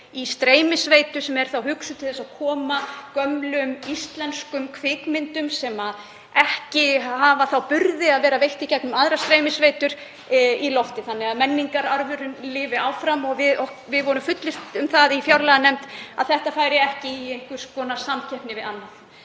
í streymisveitu og er hugsunin sú að koma gömlum íslenskum kvikmyndum, sem ekki hafa burði til að að vera veitt í gegnum aðrar streymisveitur, í loftið þannig að menningararfurinn lifi áfram. Við vorum fullvissuð um það í fjárlaganefnd að þetta færi ekki í einhvers konar samkeppni við annað